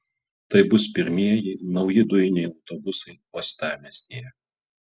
tai bus pirmieji nauji dujiniai autobusai uostamiestyje